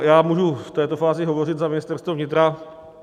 Já můžu v této fázi hovořit za Ministerstvo vnitra.